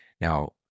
Now